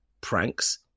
pranks